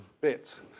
bits